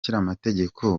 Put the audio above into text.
amategeko